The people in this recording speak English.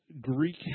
Greek